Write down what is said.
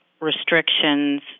restrictions